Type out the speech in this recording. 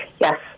Yes